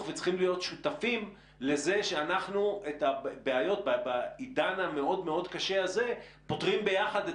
וצריכים להיות שותפים לזה שבעידן המאוד מאוד קשה הזה פותרים ביחד את